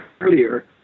earlier